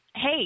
Hey